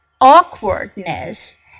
awkwardness